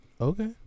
Okay